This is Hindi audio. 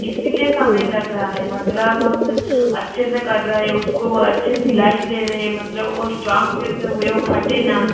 इसलिए समय लग रहा है मतलब हम अच्छे से कर रहे हैं उसको अच्छे सिलाई दे रहे हैं मतलब ओ स्ट्रांग जैसे ओ फटे हुए ना